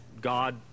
God